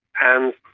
and